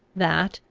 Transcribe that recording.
that,